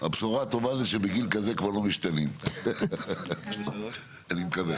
הבשורה הטובה זה שבגיל כזה כבר לא משתנים אני מקווה.